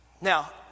Now